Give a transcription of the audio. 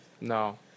no